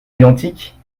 identiques